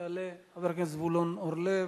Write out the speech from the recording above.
יעלה חבר הכנסת זבולון אורלב.